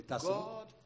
God